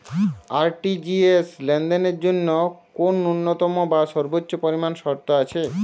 RTGS লেনদেনের জন্য কোন ন্যূনতম বা সর্বোচ্চ পরিমাণ শর্ত আছে?